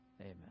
Amen